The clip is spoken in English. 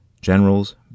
generals